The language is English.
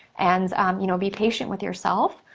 and you know be patient with yourself,